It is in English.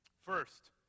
First